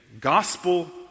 gospel